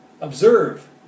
Observe